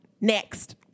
next